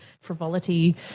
frivolity